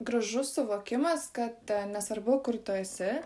gražus suvokimas kad nesvarbu kur tu esi